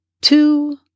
two